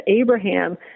Abraham